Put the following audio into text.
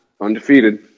undefeated